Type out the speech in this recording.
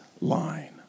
line